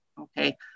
Okay